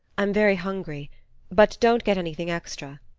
i'm very hungry but don't get anything extra.